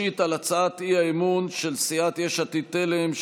ראשית על הצעת האי-אמון של סיעת יש עתיד-תל"ם,